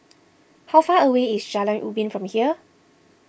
how far away is Jalan Ubin from here